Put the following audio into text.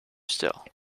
still